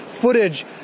Footage